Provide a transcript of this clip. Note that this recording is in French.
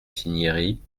cinieri